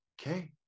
okay